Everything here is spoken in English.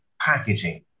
packaging